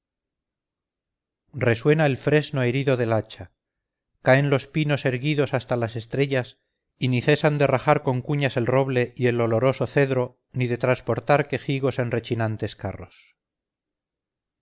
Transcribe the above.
resuena el fresno herido del hacha caen los pinos erguidos hasta las estrellas y ni cesan de rajar con cuñas el roble y el oloroso cedro ni de transportar quejigos en rechinantes carros